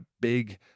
big